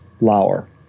Lauer